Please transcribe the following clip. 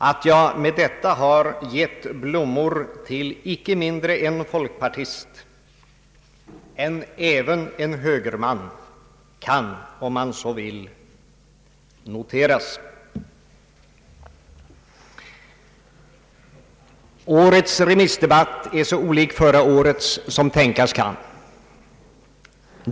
Att jag med detta har gett blommor till icke mindre en folkpartist än även en medlem av moderata samlingspartiet kan, om man så vill, noteras. Årets remissdebatt är så olik förra årets som tänkas han.